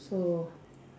so